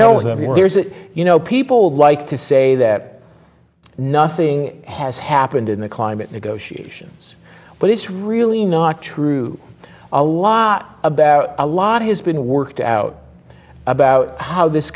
that you know people like to say that nothing has happened in the climate negotiations but it's really not true a lot about a lot has been worked out about how this